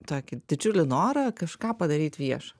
tokį didžiulį norą kažką padaryt viešą